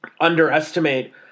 underestimate